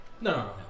no